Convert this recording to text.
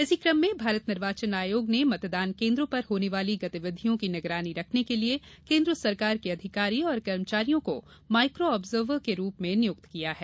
इसी क्रम में भारत निर्वाचन आयोग ने मतदान केन्द्रों पर होने वाली गतिविधियों की निगरानी रखने के लिए केन्द्र सरकार के अधिकारी और कर्मचारियों को माइक्रो आब्जर्वर के रूप में नियुक्त किया है